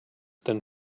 than